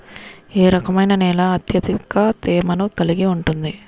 ఏ రకమైన నేల అత్యధిక తేమను కలిగి ఉంటుంది?